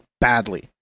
badly